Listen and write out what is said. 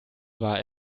war